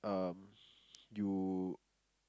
um you